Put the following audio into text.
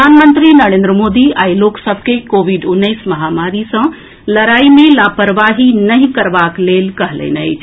प्रधानमंत्री नरेन्द्र मोदी आई लोक सभ के कोविड उन्नैस महामारी सँ लड़ाई मे लापरवाही नहि करबाक लेल कहलनि अछि